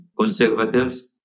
conservatives